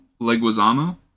Leguizamo